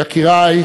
יקירי,